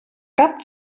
cap